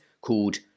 called